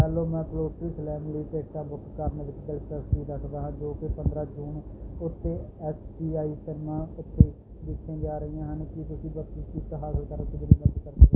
hello ਮੈਂ poetry slam ਲਈ ਟਿਕਟਾਂ ਬੁੱਕ ਕਰਨ ਵਿੱਚ ਦਿਲਚਸਪੀ ਰੱਖਦਾ ਹਾਂ ਜੋ ਕਿ ਪੰਦਰ੍ਹਾਂ ਜੂਨ ਉੱਤੇ ਐੱਸ ਪੀ ਆਈ ਸਿਨੇਮਾ ਉੱਤੇ ਦੇਖੀਆਂ ਜਾ ਰਹੀਆਂ ਹਨ ਕੀ ਤੁਸੀਂ ਬੱਤੀ ਸੀਟਾਂ ਹਾਸਲ ਕਰਨ ਵਿੱਚ ਮੇਰੀ ਮਦਦ ਕਰ ਸਕ